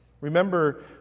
Remember